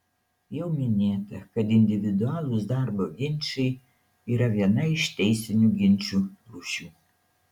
jau minėta kad individualūs darbo ginčai yra viena iš teisinių ginčų rūšių